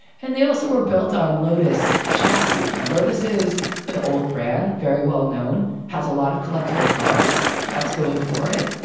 and they also were built on lotus chaz's. now, lotus is an old brand, very well known, has a lot of collectible cars that's going for it.